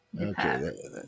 Okay